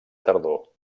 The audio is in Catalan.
tardor